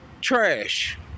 trash